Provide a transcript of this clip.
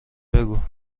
بگو